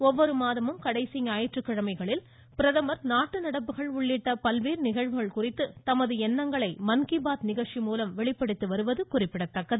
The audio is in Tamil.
ஒவ்வொரு மாதமும் கடைசி ஞாயிற்றுக்கிழமைகளில் பிரதமர் நாட்டு நடப்புகள் உள்ளிட்ட பல்வேறு நிகழ்வுகள் குறித்து தமது எண்ணங்களை மன் கி பாத் நிகழ்ச்சி மூலம் வெளிப்படுத்தி வருவது குறிப்பிடத்தக்கது